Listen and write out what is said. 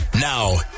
Now